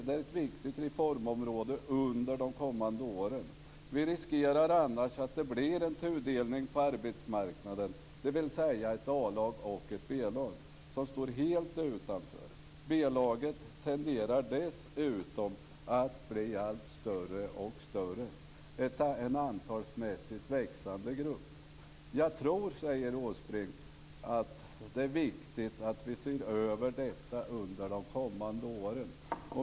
Det är ett viktigt reformområde under de kommande åren. Vi riskerar annars att det blir en tudelning på arbetsmarknaden, dvs. ett A-lag - och ett B-lag som står helt utanför. B-laget tenderar dessutom att bli allt större och större - en antalsmässigt växande grupp. Jag tror" - säger Åsbrink - "att det är viktigt att vi ser över detta under de kommande åren."